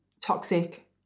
toxic